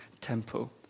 temple